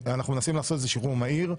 אנחנו מנסים לעשות את זה שחרור מהיר.